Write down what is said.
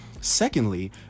Secondly